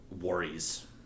worries